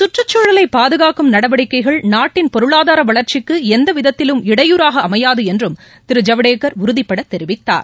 சுற்றுச்சூழலை பாதுகாக்கும் நடவடிக்கைகள் நாட்டின் பொருளாதார வளர்ச்சிக்கு எந்தவிதத்திலும் இடையூறாக அமையாது என்றும் திரு ஜவ்டேகர் உறுதிபடத் தெரிவித்தார்